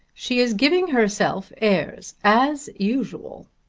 she is giving herself airs as usual.